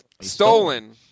Stolen